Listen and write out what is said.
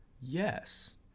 Yes